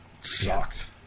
sucked